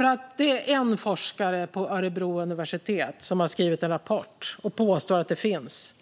mig. Det är en forskare vid Örebro universitet som har skrivit en rapport och påstår där att detta finns.